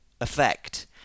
effect